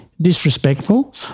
disrespectful